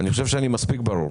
אני חושב שאני מספיק ברור,